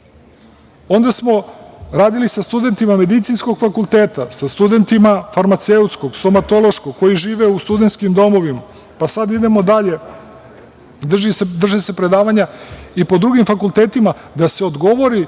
radi. Onda smo radili sa studentima medicinskog fakulteta, sa studentima farmaceutskog, stomatološkog, koji žive u studentskim domovima, pa sada idemo dalje, drže se predavanja i po drugim fakultetima da se odgovorim